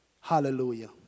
Hallelujah